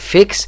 Fix